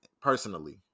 personally